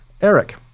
Eric